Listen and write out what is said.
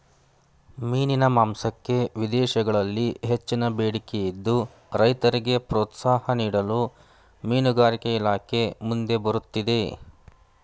ಮೀನಿನ ಮಾಂಸಕ್ಕೆ ವಿದೇಶಗಳಲ್ಲಿ ಹೆಚ್ಚಿನ ಬೇಡಿಕೆ ಇದ್ದು, ರೈತರಿಗೆ ಪ್ರೋತ್ಸಾಹ ನೀಡಲು ಮೀನುಗಾರಿಕೆ ಇಲಾಖೆ ಮುಂದೆ ಬರುತ್ತಿದೆ